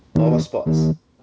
oh what sports